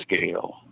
scale